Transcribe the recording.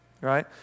right